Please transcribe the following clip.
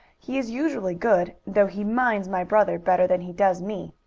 he is usually good, though he minds my brother better than he does me.